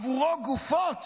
שעבורו גופות